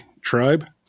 tribe